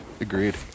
Agreed